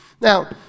Now